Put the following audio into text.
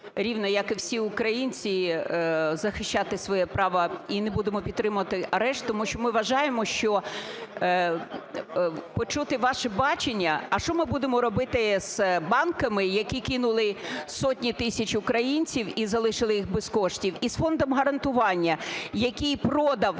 рівно як і всі українці, захищати своє право, і не будемо підтримувати арешт. Тому що ми вважаємо, що почути ваше бачення, а що ми будемо робити з банками, які кинули сотні тисяч українців і залишили їх без коштів, і з Фондом гарантування, який продав